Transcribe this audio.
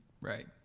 Right